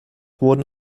wurden